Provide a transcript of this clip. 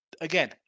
again